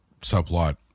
subplot